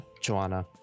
Joanna